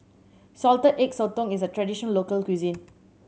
Salted Egg Sotong is a traditional local cuisine